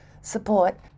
support